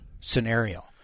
scenario